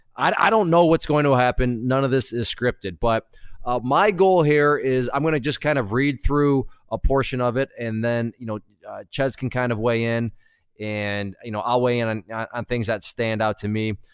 i don't know what's going to happen. none of this is scripted. but my goal here is, i'm gonna just kind of read through a portion of it and then you know chezz can kind of weigh in and you know i'll weigh and and in on things that stand out to me.